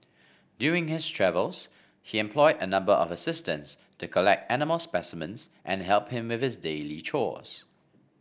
during his travels he employed a number of assistants to collect animal specimens and help him with his daily chores